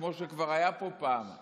כמו שכבר היה פה פעם,